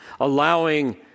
allowing